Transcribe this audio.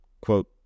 Quote